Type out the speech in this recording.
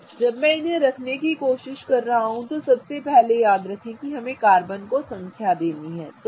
अब जब मैं उन्हें रखना चाहता हूं तो पहली बात याद रखें कि हमेशा कार्बन को संख्या देनी है